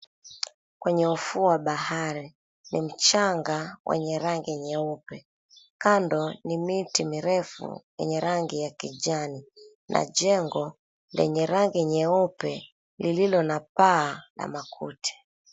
Kwenye ufuo wa bahari ni mchanga wenye rangi nyeupe. Kando ni miti mirefu yenye rangi ya kijani na jengo lenye rangi nyeupe lililo na paa na makuti.